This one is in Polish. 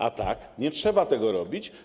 A tak nie trzeba tego robić.